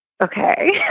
okay